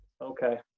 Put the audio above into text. Okay